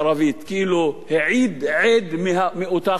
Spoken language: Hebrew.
כאילו העיד עד מאותה חבורה.